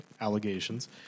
allegations